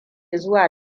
zuwa